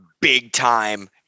big-time